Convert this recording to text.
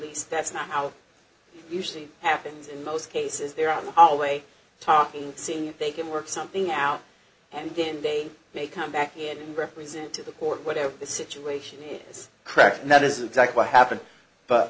least that's not how it usually happens in most cases they're on the hallway talking seeing if they can work something out and then they may come back and represent to the court whatever the situation is cracked and that is exactly what happened but